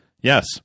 Yes